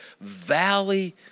valley